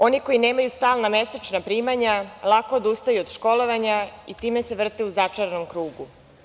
Oni koji nemaju stalna mesečna primanja lako odustaju od školovanja i time se vrte u začaranom krugu.